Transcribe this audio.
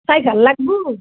চাই ভাল লাগিব